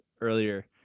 earlier